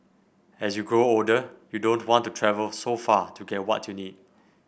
as you grow older you don't want to travel so far to get what you need